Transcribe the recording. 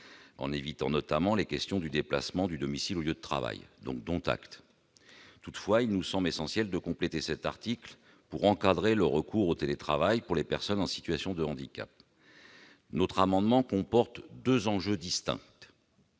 permettent notamment d'éviter les déplacements du domicile au lieu de travail : dont acte. Toutefois, il nous semble essentiel de compléter cet article, afin d'encadrer le recours au télétravail pour les personnes en situation de handicap. À travers cet amendement, nous soulevons deux enjeux distincts.